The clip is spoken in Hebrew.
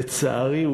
לצערי,